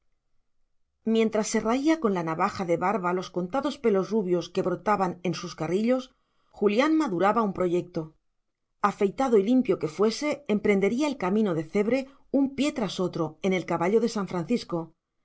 mientras se raía con la navaja de barba los contados pelos rubios que brotaban en sus carrillos julián maduraba un proyecto afeitado y limpio que fuese emprendería el camino de cebre un pie tras otro en el caballo de san francisco